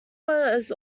was